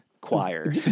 choir